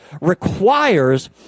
requires